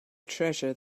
treasure